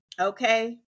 okay